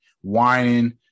whining